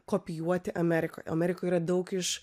kopijuoti amerikoj amerikoj yra daug iš